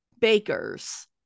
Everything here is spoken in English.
bakers